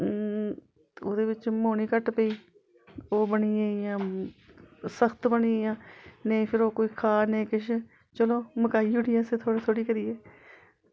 ओह्दे बिच्च मोनी घट्ट पेई ओह् बनी गेईयां सख्त बनी गेईयां नेईं फिर ओह् कोई खा नेईं किश चलो मकाई ओड़ी असैं थोह्ड़ी थोह्ड़ी करियै